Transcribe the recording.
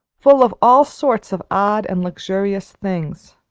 full of all sorts of odd and luxurious things.